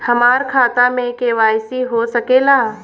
हमार खाता में के.वाइ.सी हो सकेला?